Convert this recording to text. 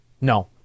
No